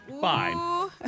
Fine